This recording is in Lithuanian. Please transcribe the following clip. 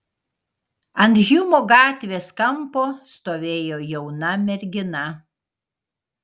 ant hjumo gatvės kampo stovėjo jauna mergina